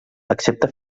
accepta